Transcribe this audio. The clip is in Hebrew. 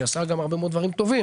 שעשה גם הרבה מאוד דברים טובים,